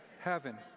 Heaven